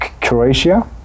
Croatia